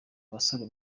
abasore